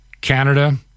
Canada